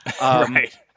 Right